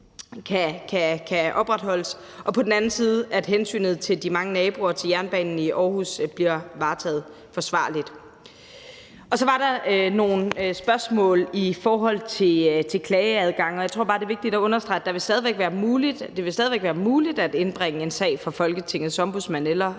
og på den anden side, at hensynet til de mange naboer til jernbanen i Aarhus bliver varetaget forsvarligt. Så var der nogle spørgsmål om klageadgang. Jeg tror bare, det er vigtigt at understrege, at det stadig væk vil være muligt at indbringe en sag for Folketingets Ombudsmand eller